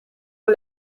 ont